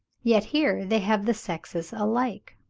yet here they have the sexes alike.